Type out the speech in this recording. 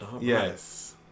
Yes